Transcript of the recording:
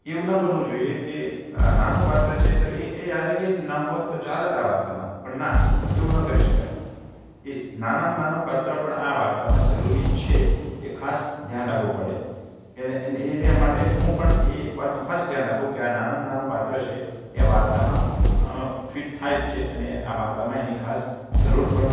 એવું ન બનવું જોઈએ કે આ નાનું પાત્ર છે તો એ આ જગ્યાએ ન હોત તો ચાલત આ વાર્તામાં પણ ના એવું ન કરી શકાય એ નાનામાં નાનું પાત્ર પણ આ વાર્તામાં જરૂરી છે એ ખાસ ધ્યાન રાખવું પડે એના એના માટે હું પણ એ વાતનું ખાસ ધ્યાન રાખું કે આ નાનામાં નાનું પાત્ર છે એ આ વાર્તામાં ફિટ થાય જ છે અને આ વાર્તામાં એની ખાસ જરૂર પણ છે જ